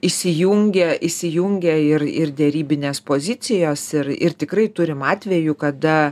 įsijungia įsijungia ir ir derybinės pozicijos ir ir tikrai turim atvejų kada